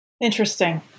Interesting